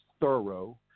thorough